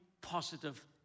positive